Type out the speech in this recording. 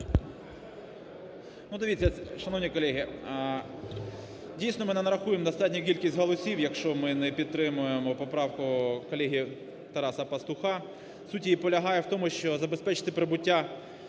дивіться, шановні колеги, дійсно, ми не нарахуємо достатню кількість голосів, якщо ми не підтримаємо поправку колеги Тараса Пастуха. Суть її полягає в тому, що забезпечити прибуття